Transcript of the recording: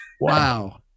Wow